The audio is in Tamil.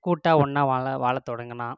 கூட்டா ஒன்றா வாழ வாழ தொடங்கினான்